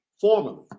Formally